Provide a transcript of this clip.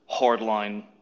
hardline